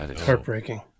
Heartbreaking